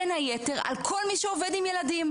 בין היתר על כל מי שעובד עם ילדים.